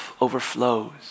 overflows